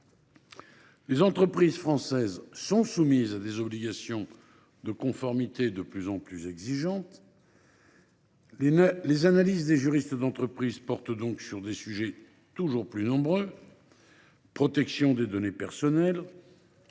les entreprises françaises sont soumises à des obligations de conformité de plus en plus exigeantes. Les analyses des juristes d’entreprise portent donc sur des sujets toujours plus nombreux – protection des données personnelles,